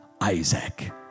Isaac